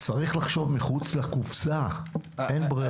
צריך לחשוב מחוץ לקופסה, אין ברירה.